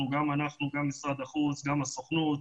גם אנחנו וגם משרד החוץ, גם הסוכנות,